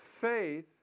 faith